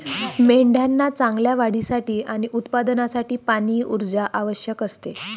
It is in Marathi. मेंढ्यांना चांगल्या वाढीसाठी आणि उत्पादनासाठी पाणी, ऊर्जा आवश्यक असते